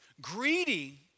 Greedy